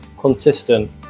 consistent